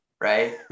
Right